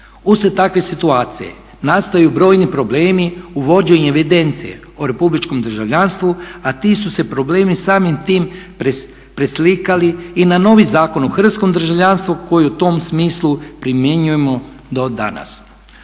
Uslijed takve situacije nastaju brojni problemi u vođenju evidencije o republičkom državljanstvu a ti su se problemi samim tim preslikali i na novi Zakon o hrvatskom državljanstvu koji u tom smislu primjenjujemo do danas.